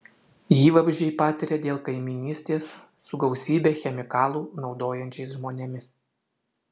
jį vabzdžiai patiria dėl kaimynystės su gausybę chemikalų naudojančiais žmonėmis